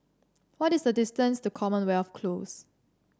what is the distance to Commonwealth Close